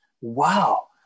Wow